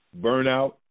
burnout